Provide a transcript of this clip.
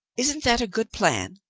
isn't that a good plan?